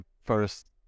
first